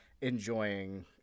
enjoying